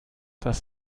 dass